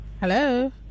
Hello